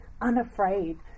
unafraid